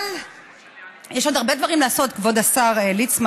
אבל יש עוד הרבה דברים לעשות, כבוד השר ליצמן.